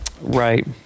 Right